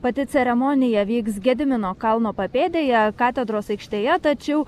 pati ceremonija vyks gedimino kalno papėdėje katedros aikštėje tačiau